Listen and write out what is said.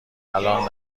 الان